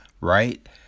right